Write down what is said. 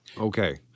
Okay